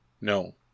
No